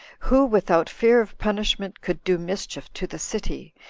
who, without fear of punishment, could do mischief to the city,